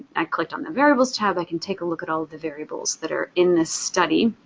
i clicked on the variables tab. i can take a look at all the variables that are in this study.